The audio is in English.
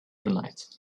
tonight